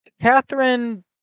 Catherine